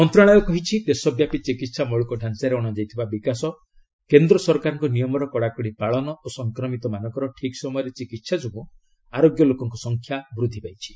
ମନ୍ତ୍ରଣାଳୟ କହିଛି ଦେଶବ୍ୟାପୀ ଚିକିତ୍ସା ମୌଳିକ ଢାଞ୍ଚାରେ ଅଣାଯାଇଥିବା ବିକାଶ କେନ୍ଦ୍ର ସରକାରଙ୍କ ନିୟମର କଡ଼ାକଡ଼ି ପାଳନ ଓ ସଂକ୍ରମିତମାନଙ୍କର ଠିକ୍ ସମୟରେ ଚିକିତ୍ସା ଯୋଗୁଁ ଆରୋଗ୍ୟ ଲୋକଙ୍କ ସଂଖ୍ୟା ବୃଦ୍ଧି ପାଇଛି